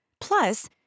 Plus